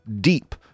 deep